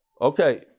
okay